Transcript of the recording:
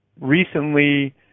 recently